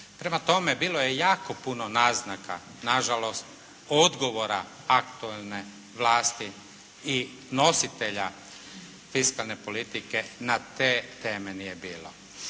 Prema tome, bilo je jako puno naznaka nažalost odgovora aktuelne vlasti i nositelja fiskalne politike na te teme nije bilo.